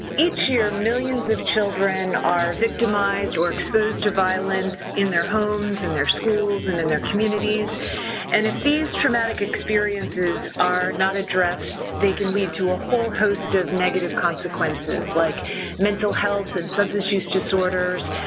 each year, millions of children are victimized or exposed to violence in their homes, in their schools and in their communities and if these traumatic experiences are not addressed, they can lead to a whole host of negative consequences like mental health and substance use disorders,